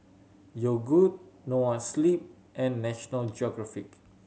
Yogood Noa Sleep and National Geographic